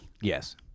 Yes